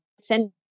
send